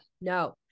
No